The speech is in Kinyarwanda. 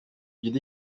giti